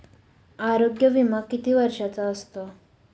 आरोग्य विमा किती वर्षांचा असतो?